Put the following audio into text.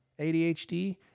ADHD